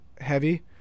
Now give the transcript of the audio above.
heavy